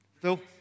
Phil